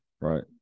Right